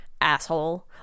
Asshole